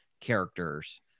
characters